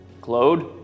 Claude